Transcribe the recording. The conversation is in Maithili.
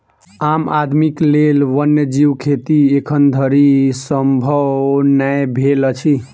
आम आदमीक लेल वन्य जीव खेती एखन धरि संभव नै भेल अछि